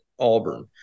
auburn